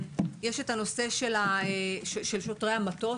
בנושא של שוטרי המטות,